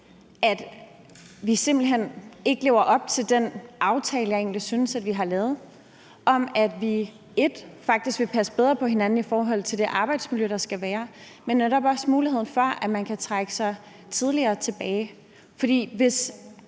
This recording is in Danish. at vi simpelt hen ikke lever op til den aftale, jeg egentlig synes vi har lavet, om, at vi vil passe bedre på hinanden i forhold til det arbejdsmiljø, der skal være, men netop også muligheden for, at man kan trække sig tidligere tilbage. For hvis